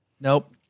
Nope